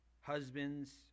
Husbands